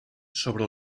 sobre